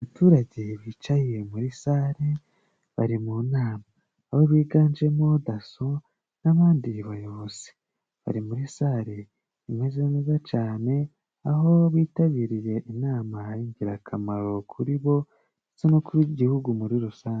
Abaturage bicaye muri sale bari mu nama, abo biganjemo daso n'abandi bayobozi, bari muri sale imeze neza cane, aho bitabiriye inama y'ingirakamaro kuri bo ndetse no ku b'igihugu muri rusange.